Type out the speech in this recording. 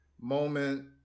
moment